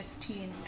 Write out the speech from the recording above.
15